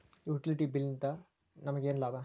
Utility bill ನಿಂದ್ ನಮಗೇನ ಲಾಭಾ?